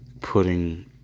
putting